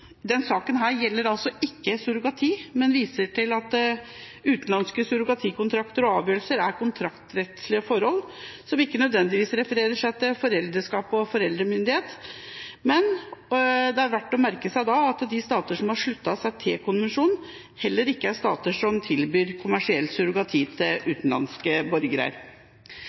den forbindelse, er surrogati. Denne saken gjelder altså ikke surrogati, men man viser til at utenlandske surrogatikontrakter og avgjørelser er kontraktsrettslige forhold som ikke nødvendigvis refererer seg til foreldreskap og foreldremyndighet. Det er verdt å merke seg at de stater som har sluttet seg til konvensjonen, heller ikke er stater som tilbyr kommersiell surrogati til